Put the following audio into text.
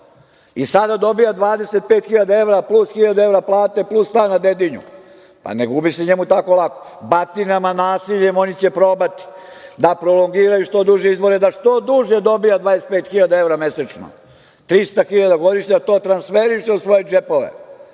I sada dobija 25.000 evra, plus 1.000 evra plate, plus stan na Dedinju. Ne gubi se njemu tako lako. Batinama, nasiljem, oni će probati da prolongiraju što duže izbore, da što duže dobija 25.000 evra mesečno, trista hiljada godišnje, da to transferiše u svoje džepove. Pri